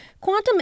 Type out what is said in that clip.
Quantum